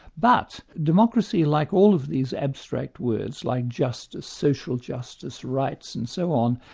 but democracy, like all of these abstract words, like justice, social justice, rights, and so on,